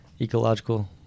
ecological